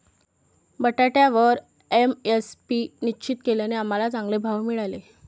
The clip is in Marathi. बटाट्यावर एम.एस.पी निश्चित केल्याने आम्हाला चांगले भाव मिळाले